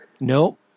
No